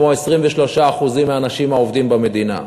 כמו 23% מהאנשים העובדים במדינה.